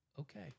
okay